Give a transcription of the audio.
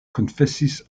konfesis